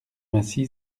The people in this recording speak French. massy